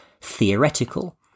theoretical